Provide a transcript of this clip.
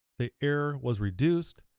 the error was reduced,